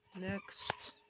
next